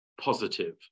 positive